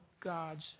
God's